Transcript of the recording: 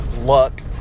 luck